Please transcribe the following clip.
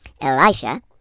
Elisha